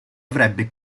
avrebbe